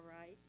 right